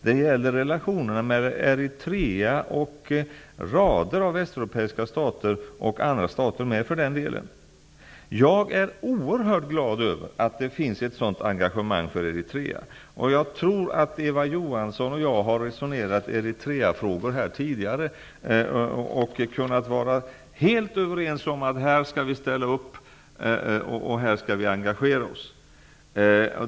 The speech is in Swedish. Det gäller också relationerna mellan Eritrea och rader av västeuropeiska stater och för den delen andra stater. Jag är oerhört glad över att det finns ett stort engagemang för Eritrea. Jag tror att Eva Johansson och jag har resonerat kring Eritreafrågan tidigare här och kunnat vara helt överens om att vi skall ställa upp och engagera oss.